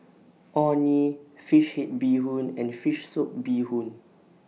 Orh Nee Fish Head Bee Hoon and Fish Soup Bee Hoon